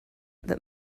that